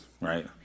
right